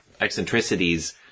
eccentricities